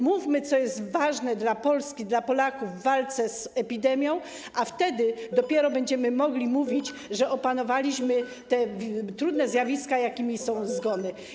Mówmy, co jest ważne dla Polski, dla Polaków w walce z epidemią, a wtedy dopiero będziemy mogli mówić, że opanowaliśmy te trudne zjawiska, jakimi są zgony.